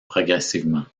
progressivement